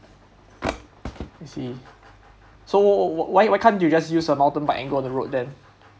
I see so why why can't you just use a mountain bike and go on the road then